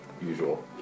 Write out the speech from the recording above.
usual